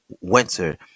winter